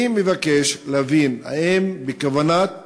אני מבקש להבין האם בכוונת הממשלה,